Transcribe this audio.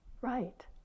right